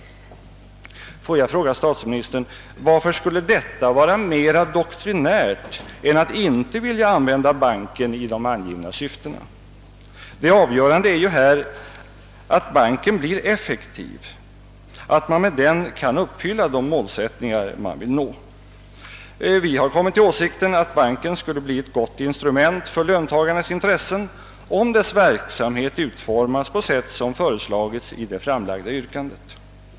Tillåt mig fråga herr statsministern: Varför skulle detta vara mera doktrinärt än att inte vilja använda banken i de angivna syftena? Det avgörande är att banken blir effektiv så att man med den kan uppfylla de mål man satt upp. Vi tror att banken skulle kunna bli ett gott instrument för löntagarnas intressen, om dess verksamhet utformades på sätt som föreslagits i det framlagda yrkandet.